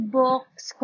books